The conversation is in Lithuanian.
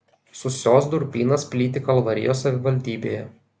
sūsios durpynas plyti kalvarijos savivaldybėje